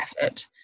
effort